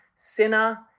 Sinner